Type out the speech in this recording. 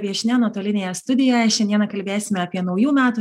viešnia nuotolinėje studijoje šiandieną kalbėsime apie naujų metų